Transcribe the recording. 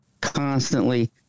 constantly